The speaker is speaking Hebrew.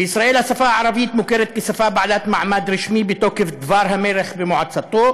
בישראל השפה הערבית מוכרת כשפה בעלת מעמד רשמי בתוקף דבר המלך ומועצתו,